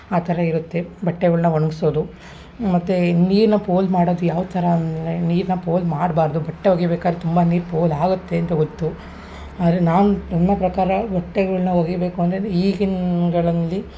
ಆ ಥರ ಇರುತ್ತೆ ಬಟ್ಟೆಗಳ್ನ ಒಣ್ಗಿಸೋದು ಮತ್ತು ನೀರನ್ನ ಪೋಲು ಮಾಡೋದು ಯಾವ ಥರ ಅಂದರೆ ನೀರನ್ನ ಪೋಲು ಮಾಡಬಾರ್ದು ಬಟ್ಟೆ ಒಗಿಬೇಕಾರೆ ತುಂಬ ನೀರು ಪೋಲು ಆಗುತ್ತೆ ಅಂತ ಗೊತ್ತು ಆದರೆ ನಾವು ನಮ್ಮ ಪ್ರಕಾರ ಬಟ್ಟೆಗಳ್ನ ಒಗಿಬೇಕು ಅಂದರೆ ಈಗಿನ ಗಳಲ್ಲಿ